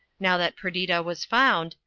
now that perdita was found,